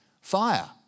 fire